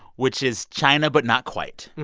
which is china but not quite.